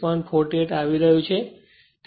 48 Ω આવી રહ્યું છે